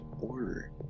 order